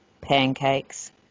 pancakes